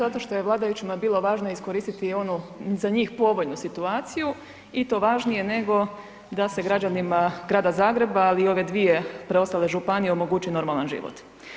Zato što je vladajućima bilo važno iskoristiti onu za njih povoljnu situaciju i to važnije nego da se građanima grada Zagreba, ali i ove dvije preostale županije omogući normalan život.